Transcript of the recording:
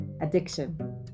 addiction